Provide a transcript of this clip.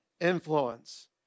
Influence